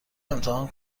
امتحان